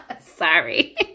Sorry